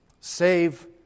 Save